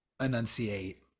enunciate